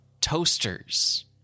toasters